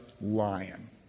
lion